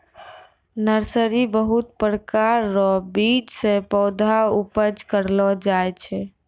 nursery बहुत प्रकार रो बीज से पौधा उपज करलो जाय छै